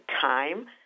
time